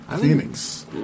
Phoenix